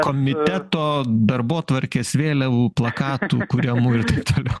komiteto darbotvarkės vėliavų plakatų kuriamų ir taip toliau